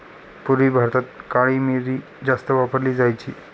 पूर्वी भारतात काळी मिरी जास्त वापरली जायची